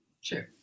Sure